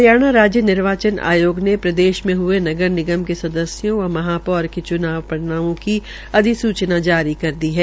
हरियाणा राज्य निर्वाचन आयोग ने प्रदेश मे हये नगर निगम के सदस्यों व महापौर के च्नाव परिणामों की अधिसूचना जारी की है